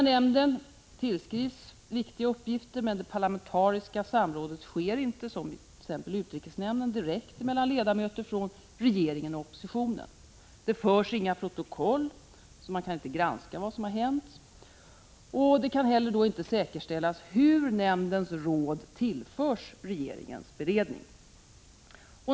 Nämnden tillskrivs viktiga uppgifter, men det parlamentariska samrådet sker inte som i t.ex. utrikesnämnden direkt mellan ledamöter från regeringen och oppositionen. Det förs inga protokoll så man kan inte granska vad som har hänt, och det kan således inte säkerställas hur nämndens råd tillförs regeringens beredning.